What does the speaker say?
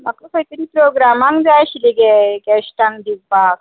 म्हाका खंय तरीं प्रॉग्रामांक जाय आशिल्ले गे गॅस्टांक दिवपाक